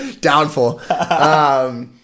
Downfall